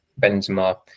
Benzema